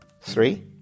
Three